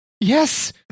Yes